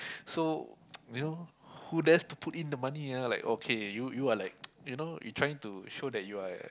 so you know who dares to put in the money ah like okay you you are like you know you trying to show that you are